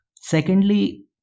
Secondly